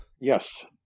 Yes